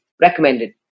Recommended